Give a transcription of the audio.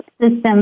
system